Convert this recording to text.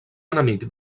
enemic